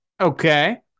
Okay